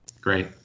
great